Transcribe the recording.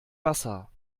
wasser